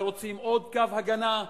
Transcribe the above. ורוצים עוד קו הגנה,